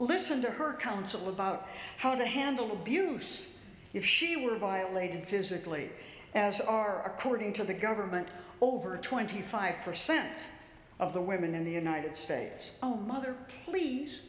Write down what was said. listen to her counsel about how to handle abuse if she were violated physically as our courting to the government over twenty five percent of the women in the united states oh mother please